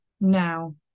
now